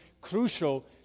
crucial